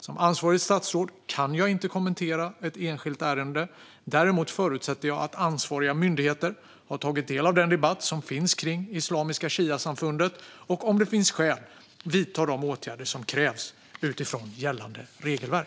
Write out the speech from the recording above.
Som ansvarigt statsråd kan jag inte kommentera ett enskilt ärende. Däremot förutsätter jag att ansvariga myndigheter har tagit del av den debatt som finns kring Islamiska Shiasamfunden och om det finns skäl vidtar de åtgärder som krävs utifrån gällande regelverk.